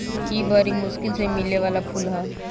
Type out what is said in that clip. इ बरी मुश्किल से मिले वाला फूल ह